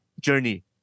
journey